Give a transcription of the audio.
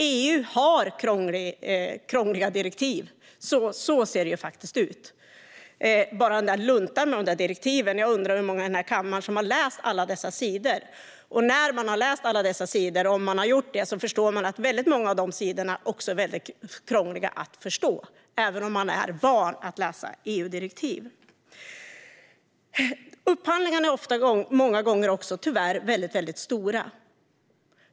EU har krångliga direktiv. Så ser det faktiskt ut. Bara luntan med direktiv - jag undrar hur många i den här kammaren som läst alla dessa sidor. Och när man har läst alla dessa sidor, om man har gjort det, förstår man att många av dem är väldigt krångliga att förstå även om man är van att läsa EU-direktiv. Tyvärr är upphandlingarna många gånger också väldigt stora.